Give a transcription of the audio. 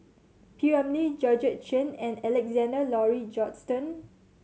P Ramlee Georgette Chen and Alexander Laurie Johnston